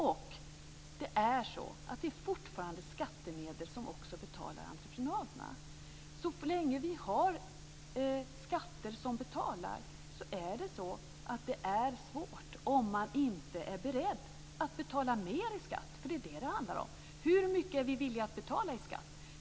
Och det är fortfarande skattemedel som också betalar entreprenaderna. Så länge vi har skatter som betalar så är det svårt, om man inte är beredd att betala mer i skatt. Det är det som det handlar om. Hur mycket är vi villiga att betala i skatt?